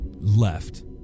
left